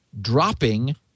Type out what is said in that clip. dropping